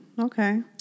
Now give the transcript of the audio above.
Okay